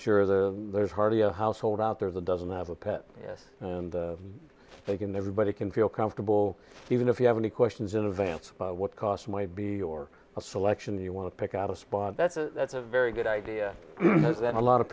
sure the there's hardly a household out there that doesn't have a pet and they can everybody can feel comfortable even if you have any questions in advance about what cost maybe or a selection you want to pick out a spot that's a that's a very good idea that a lot of